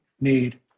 need